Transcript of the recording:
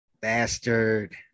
bastard